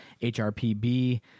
HRPB